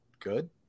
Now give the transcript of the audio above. good